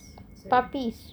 puppies